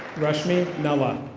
rushme i mean noa.